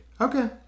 okay